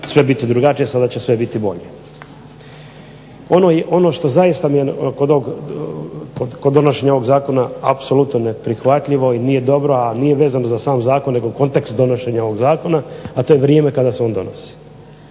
će biti sve drugačije, sada će biti sve bolje. Ono što mi je kod donošenja ovog zakona neprihvatljivo i nije dobro a nije vezano za sam zakon nego u kontekst donošenja ovog zakona, a to je vrijeme kada se on donosi.